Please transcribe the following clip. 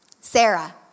Sarah